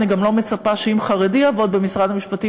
אני גם לא מצפה שאם חרדי יעבוד במשרד המשפטים